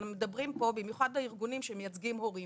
אנו מדברים פה, בעיקר הארגונים שמייצגים הורים